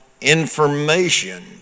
information